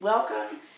welcome